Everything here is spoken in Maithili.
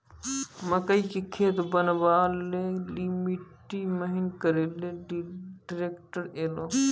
मकई के खेत बनवा ले ली मिट्टी महीन करे ले ली ट्रैक्टर ऐलो?